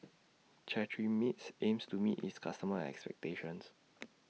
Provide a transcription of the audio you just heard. Cetrimide's aims to meet its customers' expectations